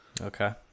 Okay